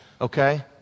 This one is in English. okay